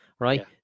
Right